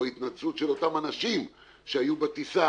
או התנצלות של אותם אנשים שהיו בטיסה,